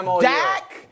Dak –